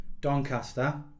Doncaster